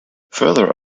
further